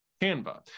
Canva